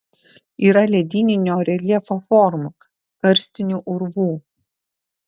yra ledyninio reljefo formų karstinių urvų